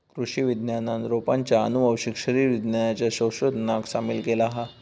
कृषि विज्ञानात रोपांच्या आनुवंशिक शरीर विज्ञानाच्या संशोधनाक सामील केला हा